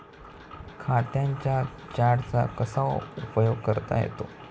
खात्यांच्या चार्टचा कसा उपयोग करता येतो?